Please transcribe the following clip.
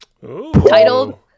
titled